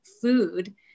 food